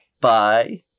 Bye